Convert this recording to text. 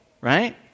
right